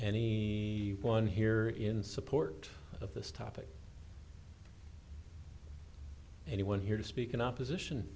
the one here in support of this topic anyone here to speak in opposition